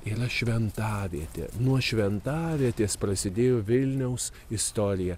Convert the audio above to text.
yra šventavietė nuo šventavietės prasidėjo vilniaus istorija